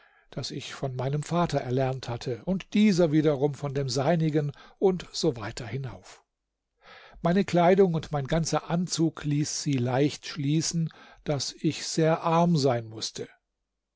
das ich von meinem vater erlernt hatte und dieser wiederum von dem seinigen und so weiter hinauf meine kleidung und mein ganzer anzug ließ sie leicht schließen daß ich sehr arm sein mußte